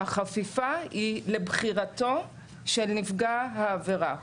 החפיפה היא לבחירתו של נפגע העבירה.